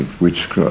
witchcraft